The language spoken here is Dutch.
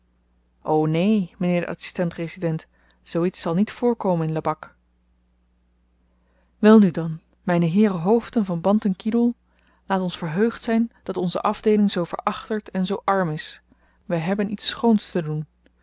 o neen mynheer de adsistent resident zoo iets zal niet voorkomen in lebak welnu dan myne heeren hoofden van bantan kidoel laat ons verheugd zyn dat onze afdeeling zoo verachterd en zoo arm is wy hebben iets schoons te doen